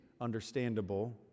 understandable